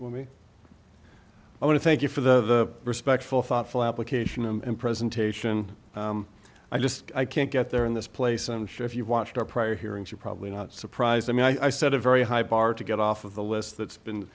decide i want to thank you for the respectful thoughtful application and presentation i just can't get there in this place i'm sure if you watched our prior hearings you're probably not surprised i mean i set a very high bar to get off of the list that's been